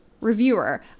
Reviewer